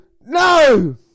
No